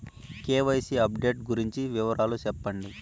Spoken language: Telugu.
కె.వై.సి అప్డేట్ గురించి వివరాలు సెప్పండి?